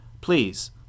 Please